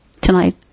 Tonight